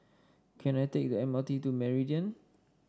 can I take the M R T to Meridian